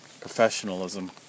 professionalism